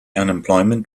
unemployment